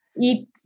eat